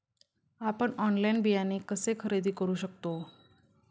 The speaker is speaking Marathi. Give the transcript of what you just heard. आपण ऑनलाइन बियाणे कसे खरेदी करू शकतो?